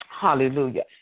Hallelujah